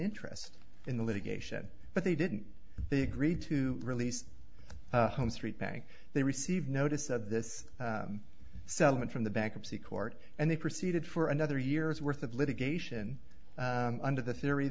interest in the litigation but they didn't they agreed to release street bank they received notice of this settlement from the bankruptcy court and they proceeded for another year's worth of litigation under the theory